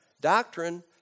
doctrine